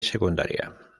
secundaria